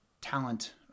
talent